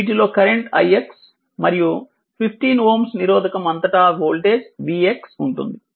వీటిలో current ix మరియు 15Ω నిరోధకం అంతటా వోల్టేజ్ vx ఉంటుంది